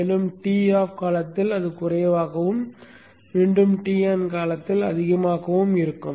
மேலும் Toff காலத்தில் அது குறைவாகவும் மீண்டும் Ton காலத்தில் அதிகமாகவும் இருக்கும்